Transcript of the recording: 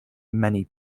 many